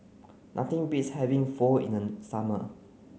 nothing beats having Pho in the summer